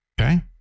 Okay